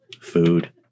Food